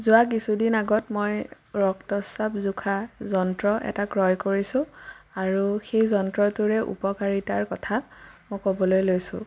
যোৱা কিছুদিন আগত মই ৰক্তচাপ জোখা যন্ত্ৰ এটা ক্ৰয় কৰিছোঁ আৰু সেই যন্ত্ৰটোৰে উপকাৰিতাৰ কথা মই ক'বলৈ লৈছোঁ